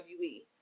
wwe